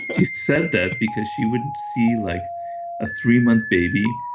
she said that because she would see like a three month baby,